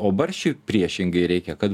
o barščiui priešingai reikia kad